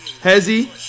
Hezzy